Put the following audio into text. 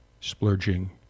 splurging